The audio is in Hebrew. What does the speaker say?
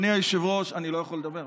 אני לא יכול לדבר.